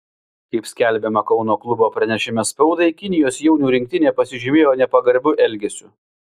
kaip skelbiama kauno klubo pranešime spaudai kinijos jaunių rinktinė pasižymėjo nepagarbiu elgesiu